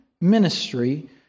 ministry